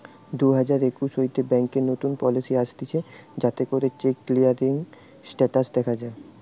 দুই হাজার একুশ হইতে ব্যাংকে নতুন পলিসি আসতিছে যাতে করে চেক ক্লিয়ারিং স্টেটাস দখা যায়